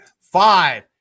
five